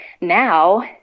now